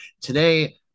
today